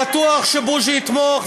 אני בטוח שבוז'י יתמוך,